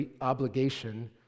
obligation